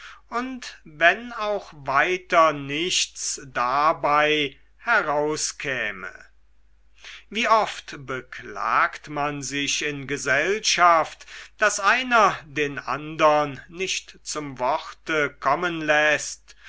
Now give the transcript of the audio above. und wenn auch weiter nichts dabei herauskäme wie oft beklagt man sich in gesellschaft daß einer den andern nicht zum worte kommen läßt